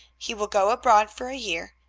he will go abroad for a year,